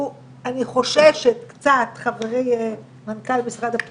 אני אגיד בשתי דקות ואני אעביר את הזכות לנציגי המשרדים